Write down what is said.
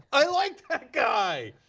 i like that guy.